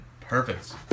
perfect